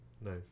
Nice